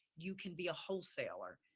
you can be a wholesaler.